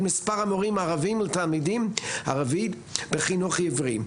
מספר המורים הערבים לערבית בחינוך העברי.